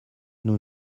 nous